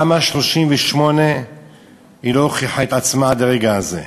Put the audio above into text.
צריך להבין שתמ"א 38 לא הוכיחה את עצמה עד הרגע הזה,